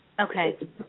Okay